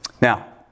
Now